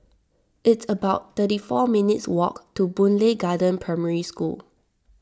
it's about thirty four minutes' walk to Boon Lay Garden Primary School